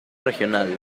regional